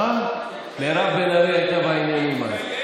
מירב בן ארי הייתה בעניינים אז.